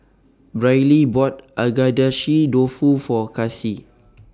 Briley bought Agedashi Dofu For Kasie